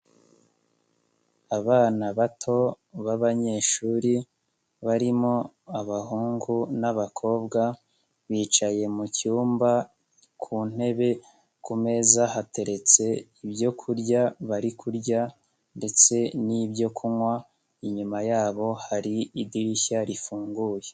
Abana bato b'abanyeshuri, barimo abahungu n'abakobwa, bicaye mu cyumba ku ntebe ku meza hateretse ibyoku kurya bari kurya ndetse n'ibyo kunywa, inyuma yabo hari idirishya rifunguye.